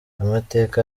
amateka